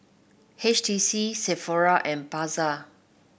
H T C Sephora and Pasar